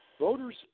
Voters